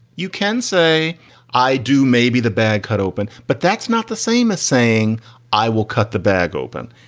you can say i do. maybe the bag cut open. but that's not the same as saying i will cut the bag open.